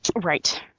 Right